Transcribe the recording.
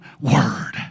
word